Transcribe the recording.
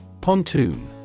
Pontoon